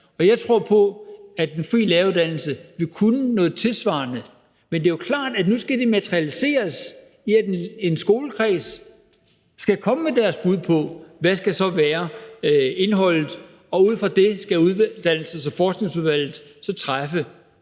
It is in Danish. Jeg tror på, at den frie læreruddannelse vil kunne noget tilsvarende. Men det er jo klart, at nu skal det materialiseres i, at en skolekreds skal komme med deres bud på, hvad indholdet så skal være, og ud fra det skal Uddannelses- og Forskningsudvalget så træffe